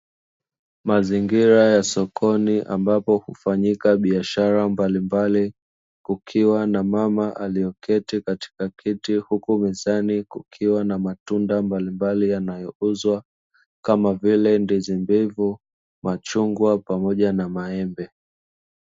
Mazingira ya sokoni ambapo hufanyika biashara mbalimbali kukiwa na mama alieketi katika kiti, Huku mezani kukiwa na matunda yanayouzwa kama vile; Ndizi mbivu, Machungwa pamoja na Maembe.